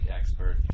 expert